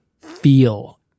feel